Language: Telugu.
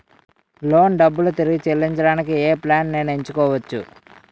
లోన్ డబ్బులు తిరిగి చెల్లించటానికి ఏ ప్లాన్ నేను ఎంచుకోవచ్చు?